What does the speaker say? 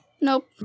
nope